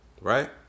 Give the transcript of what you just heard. Right